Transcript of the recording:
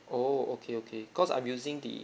oh okay okay cause I'm using the